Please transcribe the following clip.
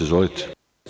Izvolite.